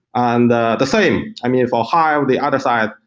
and the the same, i mean, for hive the other side,